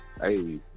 hey